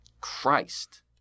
Christ